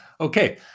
Okay